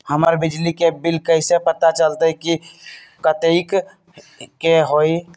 हमर बिजली के बिल कैसे पता चलतै की कतेइक के होई?